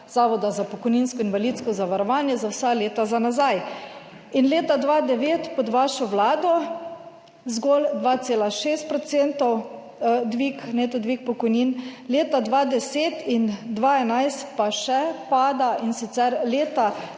Zavoda za pokojninsko in invalidsko zavarovanje za vsa leta za nazaj. Leta 2009 pod vašo Vlado zgolj 2,6 % dvig neto dvig pokojnin. Leta 2010 in 2011 pa še pada in sicer leta